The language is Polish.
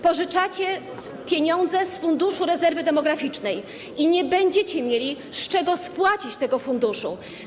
Pożyczacie pieniądze z Funduszu Rezerwy Demograficznej i nie będziecie mieli, z czego spłacić tego funduszu.